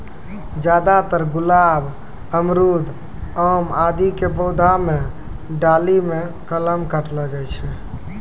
ज्यादातर गुलाब, अमरूद, आम आदि के पौधा के डाली मॅ कलम काटलो जाय छै